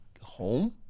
Home